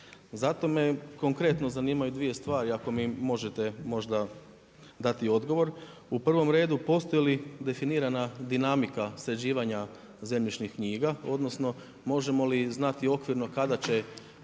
Zato me konkretno zanimaju dvije stvari ako mi može možda dati odgovor. U prvo redu postoji li definirana dinamika sređivanja zemljišnih knjiga odnosno možemo li znati okvirno kada će